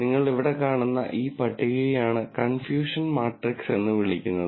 നിങ്ങൾ ഇവിടെ കാണുന്ന ഈ പട്ടികയെയാണ് കൺഫ്യൂഷൻ മാട്രിക്സ് എന്ന് വിളിക്കുന്നത്